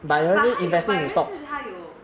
ya but 他有 but 有一次他有